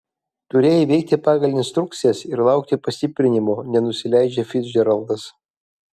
turėjai veikti pagal instrukcijas ir laukti pastiprinimo nenusileidžia ficdžeraldas